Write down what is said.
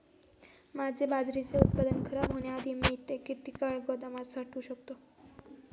माझे बाजरीचे उत्पादन खराब होण्याआधी मी ते किती काळ गोदामात साठवू शकतो?